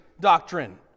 doctrine